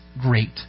great